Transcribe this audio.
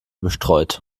bestreut